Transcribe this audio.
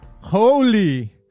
holy